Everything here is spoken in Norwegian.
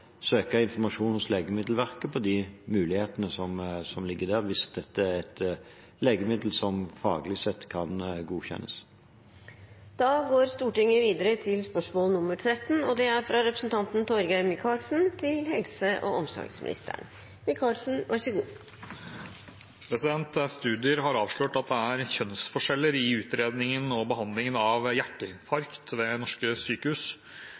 søke informasjon hos Legemiddelverket om de mulighetene som ligger der, hvis dette er et legemiddel som faglig sett kan godkjennes. «Studier har avslørt at det er kjønnsforskjeller i utredningen og behandlingen av hjerteinfarkt ved norske sykehus. Dette skjer på tross av at internasjonale retningslinjer anbefaler lik behandling av kvinner og menn. At kvinner får dårligere behandling når de rammes av